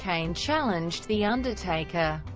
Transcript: kane challenged the undertaker,